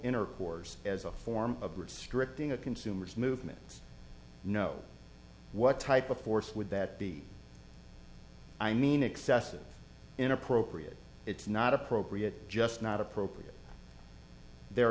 intercourse as a form of restricting a consumer's movements no what type of force would that be i mean excessive inappropriate it's not appropriate just not appropriate there